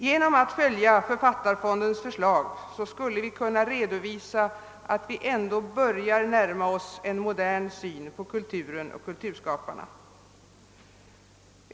Genom att följa Författarfondens förslag skulle vi kunna visa att vi ändå börjar närma oss en modern syn på kulturen och kulturskaparna.